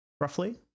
roughly